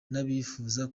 n’abifuza